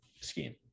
scheme